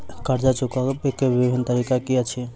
कर्जा चुकबाक बिभिन्न तरीका की अछि?